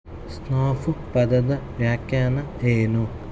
snafu ಪದದ ವ್ಯಾಖ್ಯಾನ ಏನು